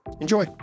enjoy